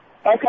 Okay